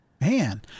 man